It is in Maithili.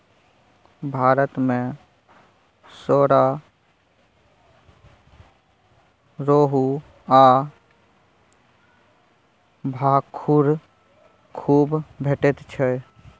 भारत मे सौरा, रोहू आ भाखुड़ खुब भेटैत छै